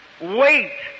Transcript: wait